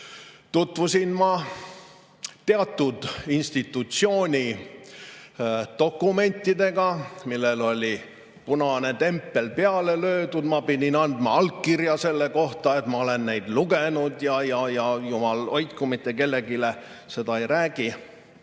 tutvusin ma teatud institutsiooni dokumentidega, millele oli punane tempel peale löödud. Ma pidin andma allkirja, et ma olen neid lugenud ja, jumal hoidku, mitte kellelegi sellest ei räägi.